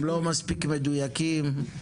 הם לא מספיק מדויקים,